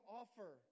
offer